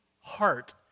heart